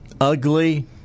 ugly